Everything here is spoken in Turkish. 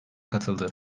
katıldı